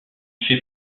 fait